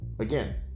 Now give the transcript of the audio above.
again